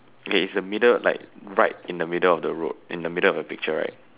okay it's the middle like right in the middle of the road in the middle of the picture right